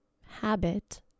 habit